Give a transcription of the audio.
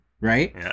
Right